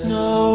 no